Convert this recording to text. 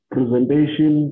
Presentation